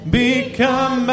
become